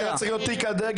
שהיה צריך להיות תיק הדגל,